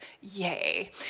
Yay